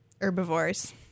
herbivores